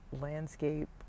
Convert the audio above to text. landscape